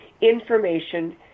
information